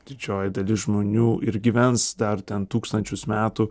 didžioji dalis žmonių ir gyvens dar ten tūkstančius metų